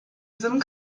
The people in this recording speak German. sim